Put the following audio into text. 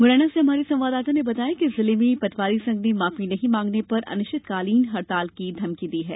मुरैना से हमारे संवाददाता ने बताया है कि जिले में पटवारी संघ ने माफी नहीं मांगने पर अनिश्चितकालीन हड़ताल की धमकी दी है